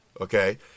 okay